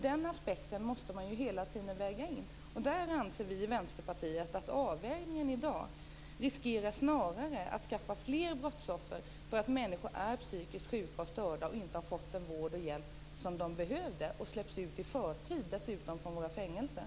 Den aspekten måste man hela tiden väga in. Vi i Vänsterpartiet anser att avvägningen i dag snarare riskerar att ge fler brottsoffer, eftersom människor som är psykiskt sjuka och störda inte får den vård och hjälp de behöver och dessutom släpps ut i förtid från våra fängelser.